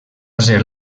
ser